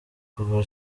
kuva